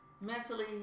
mentally